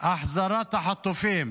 והחזרת החטופים.